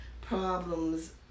problems